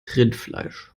rindfleisch